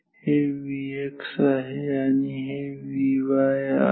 हे Vx आहे आणि हे Vy आहे